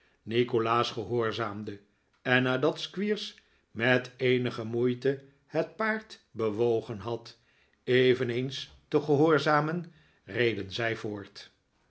nikolaas gehoorzaamde en nadat squeers met eenige moeite het paard bewogen had eveneens te gehoorzamen reden zij voort